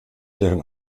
deren